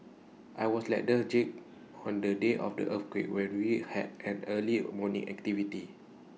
I was lethargic on the day of the earthquake when we had an early morning activity